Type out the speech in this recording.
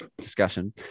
discussion